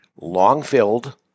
Long-filled